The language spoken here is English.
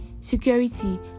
security